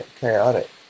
chaotic